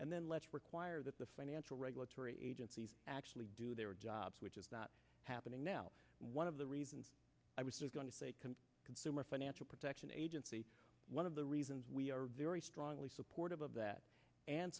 and then let's require that the financial regulatory agencies actually do their jobs which is not happening now one of the reasons i was going to say a consumer financial protection agency one of the reasons we are very strongly supportive of that and